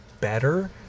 better